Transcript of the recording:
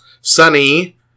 Sunny